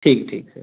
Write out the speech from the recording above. ठीक ठीक सर